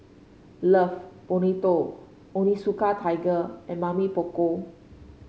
Love Bonito Onitsuka Tiger and Mamy Poko